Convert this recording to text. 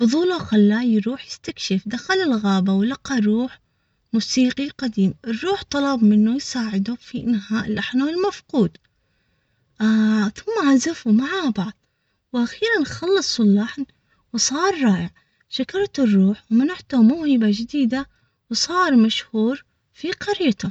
فضوله خلاه يروح يستكشف دخل الغابة ولقى روح موسيقي قديم الروح طلب منه يساعده في إنهاء لحنه المفقود ثم عزفوا مع بعض و|أخيرًا خلصوا اللحن وصار رائع شكرته الروح ومنحتم.